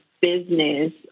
business